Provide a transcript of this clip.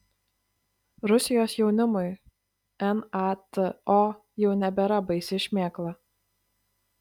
rusijos jaunimui nato jau nebėra baisi šmėkla